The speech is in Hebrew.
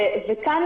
כאן,